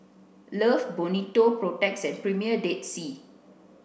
love Bonito Protex and Premier Dead Sea